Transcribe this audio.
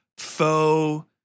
faux